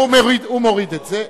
הוא מוריד את זה.